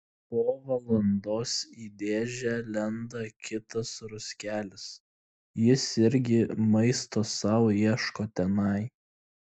po valandos į dėžę lenda kitas ruskelis jis irgi maisto sau ieško tenai